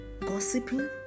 Gossiping